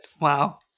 Wow